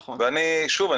שוב,